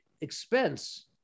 expense